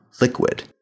liquid